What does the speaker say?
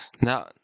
Now